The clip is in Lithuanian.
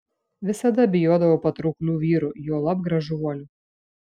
visada bijodavau patrauklių vyrų juolab gražuolių